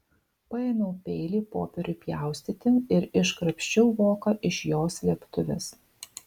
paėmiau peilį popieriui pjaustyti ir iškrapščiau voką iš jo slėptuvės